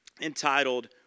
entitled